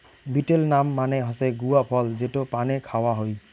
betel nut মানে হসে গুয়া ফল যেটো পানে খাওয়া হই